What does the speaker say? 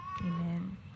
Amen